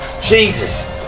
Jesus